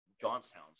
johnstown